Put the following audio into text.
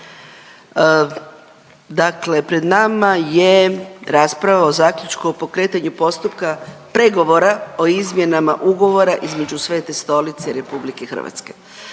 dajem na glasovanje Prijedlog zaključka o pokretanju postupka pregovora o izmjenama Ugovora između Svete Stolice i Republike Hrvatske.